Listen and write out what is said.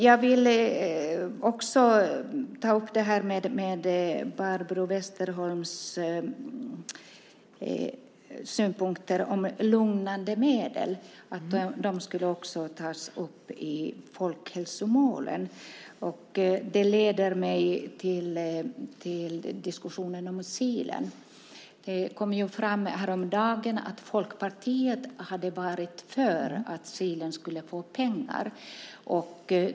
Jag vill också ta upp det här med Barbro Westerholms synpunkter om lugnande medel och att de också borde tas upp i folkhälsomålen. Det leder mig till diskussionen om Kilen. Det kom ju fram häromdagen att Folkpartiet hade varit för att Kilen skulle få pengar.